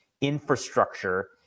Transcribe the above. infrastructure